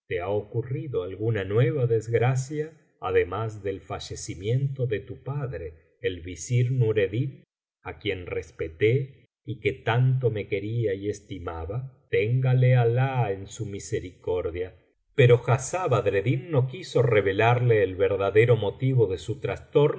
te ha ocurrido alguna nueva desgracia además del fallecimiento de tu padre el visir nureddin á quien respeté y que tanto me quería y estimaba téngale alah en su misericordia pero hassán badreddin no quiso revelarle el verdadero motivo de su trastorno